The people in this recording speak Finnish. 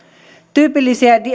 tyypillisiä